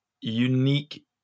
unique